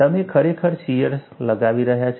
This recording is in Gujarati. તમે ખરેખર શિયર લગાવી રહ્યા છો